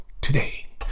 today